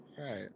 right